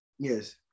Yes